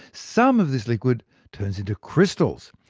some of this liquid turns into crystals.